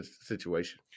situation